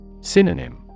Synonym